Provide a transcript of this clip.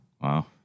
Wow